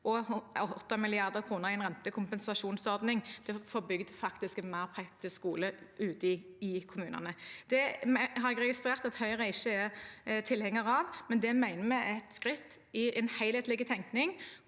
og 8 mrd. kr i en rentekompensasjonsordning for å få bygd en mer praktisk skole ute i kommunene. Det har jeg registrert at Høyre ikke er tilhenger av, men det mener vi er et skritt i en helhetlig tenkning